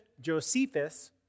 Josephus